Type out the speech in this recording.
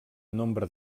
nombre